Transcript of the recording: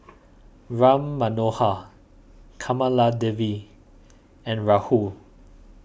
Ram Manohar Kamaladevi and Rahul